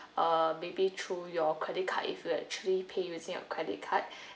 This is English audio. uh maybe to your credit card if you actually pay using your credit card